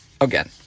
again